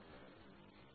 m will be 1